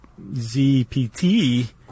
ZPT